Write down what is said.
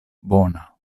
bona